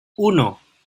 uno